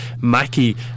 Mackie